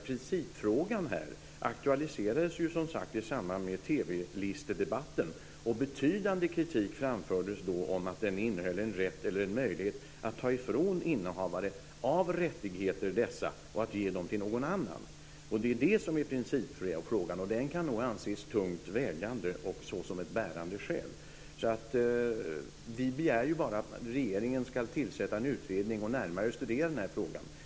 Principfrågan aktualiserades som sagt i samband med TV-listedebatten, och betydande kritik framfördes då av att detta innehöll en möjlighet att ta ifrån innehavare av rättigheter dessa och ge dem till någon annan. Det är det som är principfrågan. Den kan nog anses tungt vägande och som ett bärande skäl. Vi begär ju bara att regeringen ska tillsätta en utredning och närmare studera den här frågan.